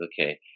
okay